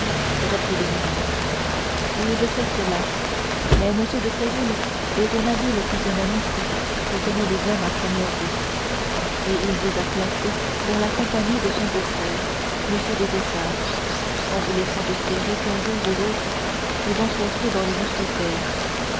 reprit l'éminence oui je sais cela mais m de tréville est un habile physionomiste qui connaît les hommes à la première vue et il vous a placé dans la compagnie de son beau-frère m des essarts en vous laissant espérer qu'un jour ou l'autre vous entreriez dans les mousquetaires